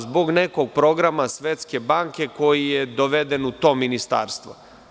Zbog nekog programa Svetske banke koji je doveden u to ministarstvo.